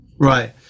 right